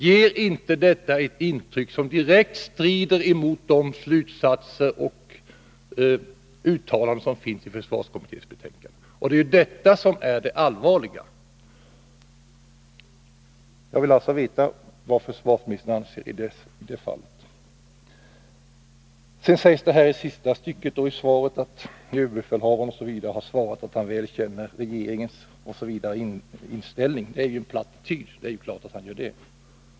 Ger inte detta ett intryck som direkt strider mot de slutsatser som finns i försvarskommitténs betänkande? Det är detta som är det allvarliga. Jag vill alltså veta vad försvarsministern anser i det fallet. Det sägs i den sista delen av svaret att överbefälhavaren har försäkrat att regeringens och försvarsledningens inställning är väl känd hos de militära myndigheterna. Det är en plattityd, det är klart att den är väl känd.